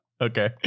okay